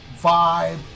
vibe